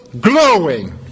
glowing